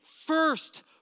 first